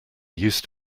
used